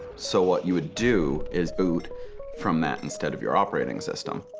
so what you would do is boot from that instead of your operating system.